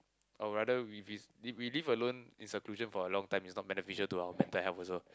I would rather we vi~ if we live alone in seclusion for a long time is not beneficial to our mental health also